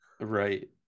right